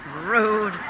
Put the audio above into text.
rude